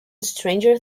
stranger